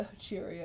Cheerio